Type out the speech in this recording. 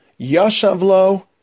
Yashavlo